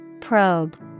Probe